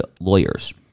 lawyers